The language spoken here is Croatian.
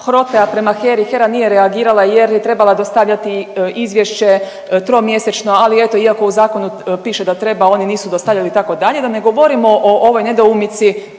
HROTE-a prema HERA-i, HERA nije reagirala jer je trebala dostavljati izvješće tromjesečno, ali eto iako u zakonu piše da treba oni nisu dostavljali itd., da ne govorimo o ovoj nedoumici